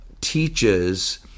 teaches